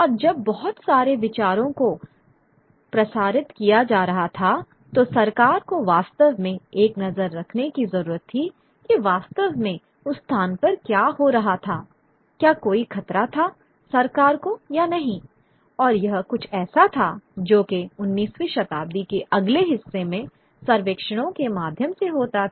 और जब बहुत सारे विचारों को प्रसारित किया जा रहा था तो सरकार को वास्तव में एक नज़र रखने की ज़रूरत थी कि वास्तव में उस स्थान पर क्या हो रहा था क्या कोई खतरा था सरकार को या नहीं और यह कुछ ऐसा था जो के 19वीं शताब्दी के अगले हिस्से में सर्वेक्षणों के माध्यम से होता था